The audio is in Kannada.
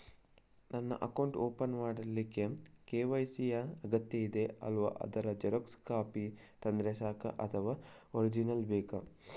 ಅಕೌಂಟ್ ಓಪನ್ ಮಾಡ್ಲಿಕ್ಕೆ ಕೆ.ವೈ.ಸಿ ಯಾ ಅಗತ್ಯ ಇದೆ ಅಲ್ವ ಅದು ಜೆರಾಕ್ಸ್ ಕಾಪಿ ತಂದ್ರೆ ಸಾಕ ಅಥವಾ ಒರಿಜಿನಲ್ ಬೇಕಾ?